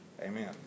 Amen